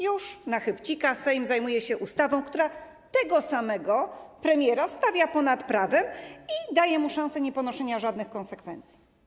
Już, na chybcika Sejm zajmuje się ustawą, która tego samego premiera stawia ponad prawem i daje mu szansę nieponoszenia żadnych konsekwencji.